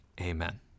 Amen